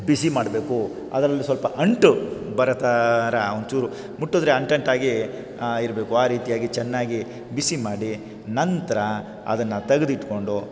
ಬಿಸಿ ಮಾಡಬೇಕು ಅದರಲ್ಲಿ ಸ್ವಲ್ಪ ಅಂಟು ಬರೋಥರ ಒಂಚೂರು ಮುಟ್ಟಿದ್ರೆ ಅಂಟಂಟಾಗಿ ಇರಬೇಕು ಆ ರೀತಿಯಾಗಿ ಚೆನ್ನಾಗಿ ಬಿಸಿ ಮಾಡಿ ನಂತರ ಅದನ್ನು ತೆಗ್ದಿಟ್ಕೊಂಡು